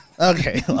Okay